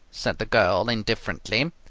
said the girl indifferently.